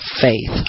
faith